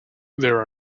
there